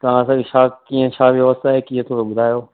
तां छा कीअं छा व्यवस्था कीअं थोरो ॿुधायो